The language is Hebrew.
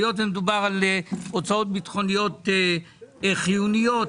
היות ומדובר על הוצאות ביטחוניות חיוניות,